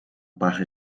баахан